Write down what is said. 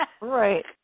Right